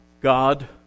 God